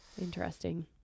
interesting